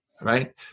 Right